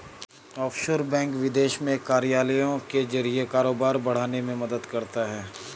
offshore bank विदेश में कार्यालयों के जरिए कारोबार बढ़ाने में मदद करता है